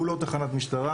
הוא לא תחנת משטרה.